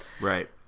Right